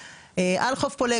על חוף פולג,